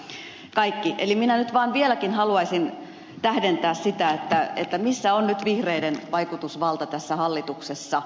eli minä nyt vaan vieläkin haluaisin tähdentää sitä että missä on nyt vihreiden vaikutusvalta tässä hallituksessa